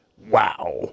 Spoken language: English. Wow